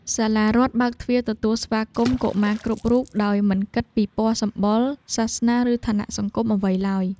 សាលារដ្ឋបើកទ្វារទទួលស្វាគមន៍កុមារគ្រប់រូបដោយមិនគិតពីពណ៌សម្បុរ សាសនា ឬឋានៈសង្គមអ្វីឡើយ។